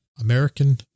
American